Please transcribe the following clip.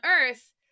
Earth